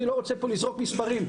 אני לא רוצה פה לזרוק מספרים,